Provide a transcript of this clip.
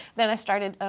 then i started, ah